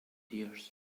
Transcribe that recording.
years